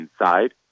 inside